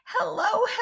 Hello